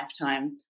lifetime